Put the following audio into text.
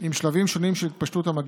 עם שלבים שונים של התפשטות המגפה,